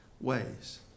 ways